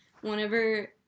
whenever